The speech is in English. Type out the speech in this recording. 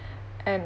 and